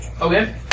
Okay